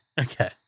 Okay